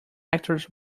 actors